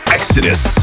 Exodus